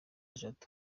jado